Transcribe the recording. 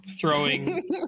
throwing